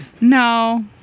No